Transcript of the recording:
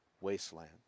wasteland